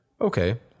Okay